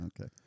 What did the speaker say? Okay